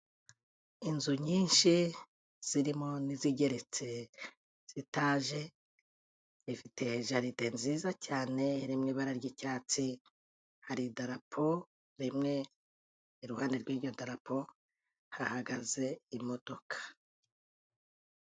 Inzu nyinshi zirimo n'izigeretse z'itage, zifite jaride nziza cyane iri mu ibara ry'icyatsi, hari idarapo rimwe, iruhande rw'iryo darapo hahagaze imodoka.